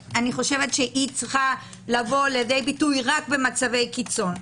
צריכה לבוא לידי ביטוי רק במצבי קיצון,